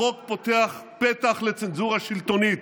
החוק פותח פתח לצנזורה שלטונית.